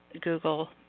Google